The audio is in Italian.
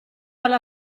alla